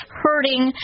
hurting